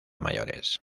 mayores